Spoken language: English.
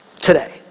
today